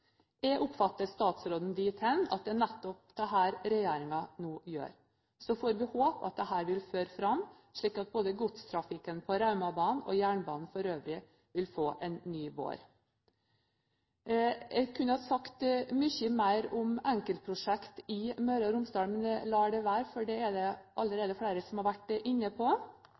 Jeg oppfatter statsråden dit hen at det er nettopp dette regjeringen nå gjør. Så får vi håpe at dette vil føre fram, slik at både godstrafikken på Raumabanen – og jernbanen for øvrig – vil få en ny vår. Jeg kunne sagt mye mer om enkeltprosjekter i Møre og Romsdal, men jeg lar det være, for det er det allerede flere som har vært inne på.